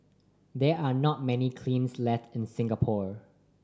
there are not many kilns left in Singapore